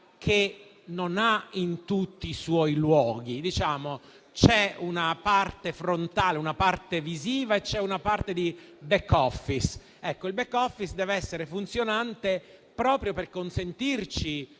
che non ha in tutti i suoi luoghi. C'è una parte frontale, visiva, e c'è una parte di *back office*, che deve essere funzionante proprio per consentirci